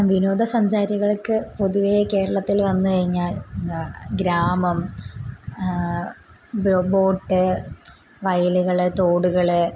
വിനോദ സഞ്ചാരികൾക്ക് പൊതുവെ കേരളത്തിൽ വന്ന് കഴിഞ്ഞാൽ ന്താ ഗ്രാമം ബോ ബോട്ട് വയലുകൾ തോടുകൾ